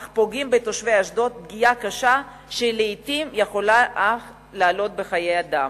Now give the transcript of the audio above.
אך פוגעים בתושבי אשדוד פגיעה קשה שלעתים יכולה אף לעלות בחיי אדם.